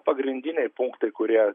pagrindiniai punktai kurie